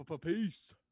Peace